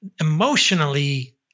emotionally